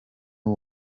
w’u